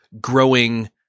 growing